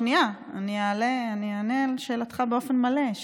שנייה, אני אענה על שאלתך באופן מלא.